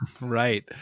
Right